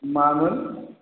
मामोन